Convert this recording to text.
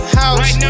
house